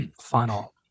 final